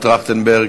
מנו טרכטנברג.